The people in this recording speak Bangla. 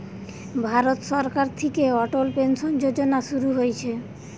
ভারত সরকার থিকে অটল পেনসন যোজনা শুরু হইছে